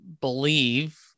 believe